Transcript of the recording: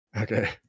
Okay